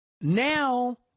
now